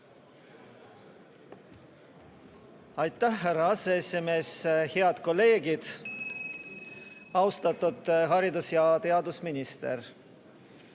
Aitäh, härra aseesimees! Head kolleegid! Austatud haridus‑ ja teadusminister!